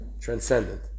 transcendent